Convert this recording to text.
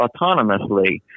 autonomously